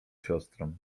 siostrę